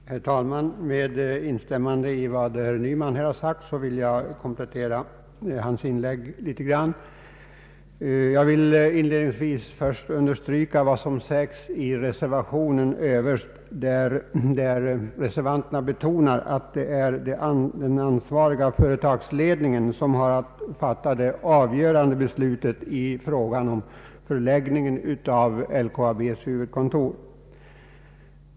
Herr talman! Med instämmande i vad herr Nyman här har sagt vill jag komplettera hans inlägg något. Inledningsvis vill jag understryka vad som sägs i början av reservationen, att det ”i första hand är den ansvariga företagsledningen som bör ha att fatta de avgörande besluten även i fråga om lokaliseringen av företagets huvudkontor”.